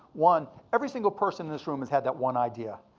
one, every single person in this room has had that one idea.